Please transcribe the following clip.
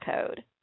code